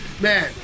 Man